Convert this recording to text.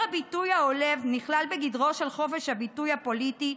הביטוי העולב נכלל בגדרו של חופש הביטוי הפוליטי,